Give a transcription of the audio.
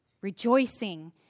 rejoicing